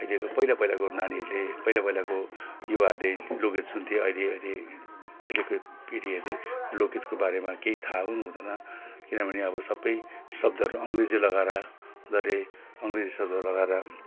अहिलेको पहिला पहिलाको नानीहरूले पहिला पहिलाको युवाहरूले लोकगीत सुन्थ्यो अहिले अहिले अहिलेको पिँढीहरूले लोकगीतको बारेमा केही थाहा पनि हुँदैन किनभने अब सब शब्दहरू अङ्ग्रेजी लगाएर उनीहरूले अङ्ग्रेजी शब्द लगाएर